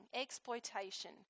exploitation